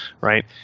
right